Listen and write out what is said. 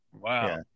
Wow